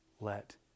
let